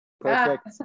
Perfect